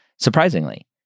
Surprisingly